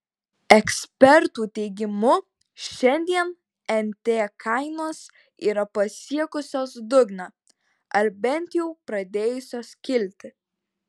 ekspertų teigimu šiandien nt kainos yra pasiekusios dugną ar bent jau pradėjusios kilti